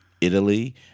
Italy